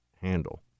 handle